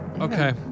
okay